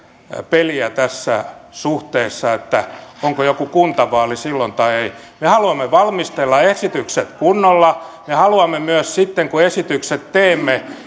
peliä tässä suhteessa onko joku kuntavaali silloin tai ei me haluamme valmistella esitykset kunnolla me haluamme myös sitten kun esitykset teemme